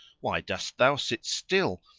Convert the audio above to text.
why dost thou sit still?